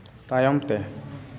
ᱛᱟᱭᱚᱢ ᱛᱮ